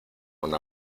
una